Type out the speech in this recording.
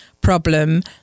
problem